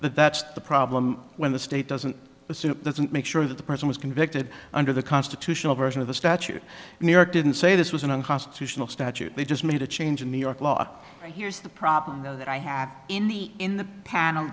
but that's the problem when the state doesn't assume it doesn't make sure that the person was convicted under the constitutional version of the statute didn't say this was an unconstitutional statute they just made a change in new york law and here's the problem though that i have in the in the panel